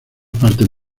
partes